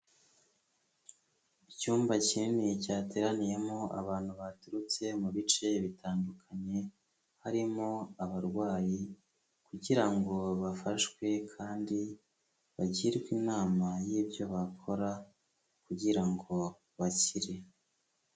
Icyumba kinini cyateraniyemo abantu baturutse mu bice bitandukanye harimo abarwayi kugira ngo bafashwe kandi bagirwe inama y'ibyo bakora kugira ngo bakire.